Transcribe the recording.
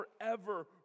forever